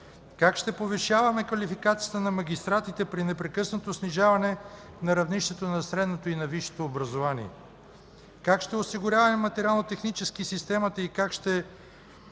Как ще повишаваме квалификацията на магистратите при непрекъснато снижаване на равнището на средното и на висшето образование? Как ще осигуряваме материално и технически системата и как ще